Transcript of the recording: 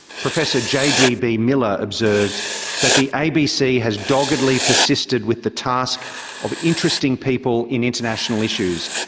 professor j. d. b. miller observed that the abc has doggedly, persisted with the task of interesting people in international issues,